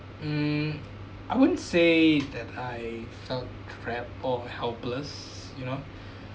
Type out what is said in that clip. mm I wouldn't say that I felt trapped or helpless you know